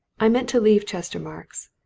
i meant to leave chestermarke's.